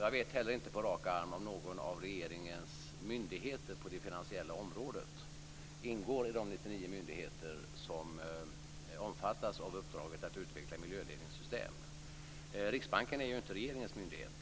Jag vet inte heller på rak arm om någon av regeringens myndigheter på det finansiella området ingår bland de Riksbanken är ju inte regeringens myndighet,